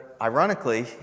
ironically